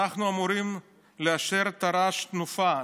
אנחנו אמורים לאשר את תר"ש תנופה.